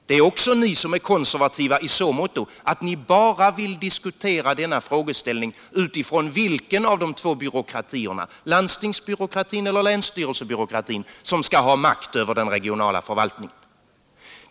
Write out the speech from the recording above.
Det är också ni som är konservativa i så måtto att ni bara vill diskutera denna frågeställning utifrån vilka av de två byråkratierna — landstingsbyråkratin och länsbyråkratin — som skall ha makten över den regionala förvaltningen.